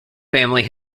family